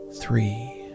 three